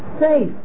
safe